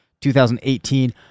2018